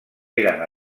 eren